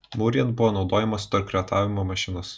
mūrijant buvo naudojamos torkretavimo mašinos